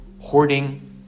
hoarding